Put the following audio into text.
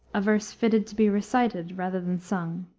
a verse fitted to be recited rather than sung.